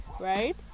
right